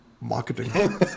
Marketing